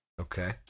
Okay